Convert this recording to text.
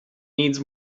needs